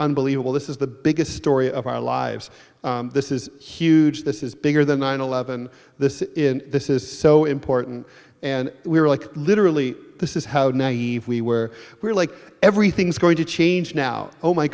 unbelievable this is the biggest story of our lives this is huge this is bigger than nine eleven this is in this is so important and we were like literally this is how we were we're like everything's going to change now oh my